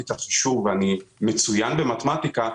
את החישוב שלו ואני מצוין במתמטיקה,